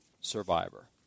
survivor